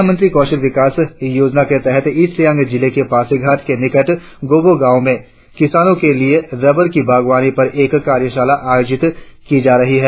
प्रधानमंत्री कौशल विकास योजना के तहत ईस्ट सियांग जिले के पासीघाट के निकट गोबो गांव में किसानों के लिए रबर की बागवानी पर एक कार्यशाला आयोजित की जा रही है